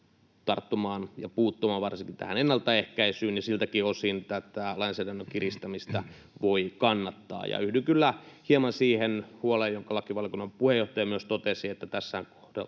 tarttumaan ja puuttumaan varsinkaan tähän ennaltaehkäisyyn, ja siltäkin osin tätä lainsäädännön kiristämistä voi kannattaa. Ja yhdyn kyllä hieman siihen huoleen, jonka lakivaliokunnan puheenjohtaja myös totesi, että tässä todella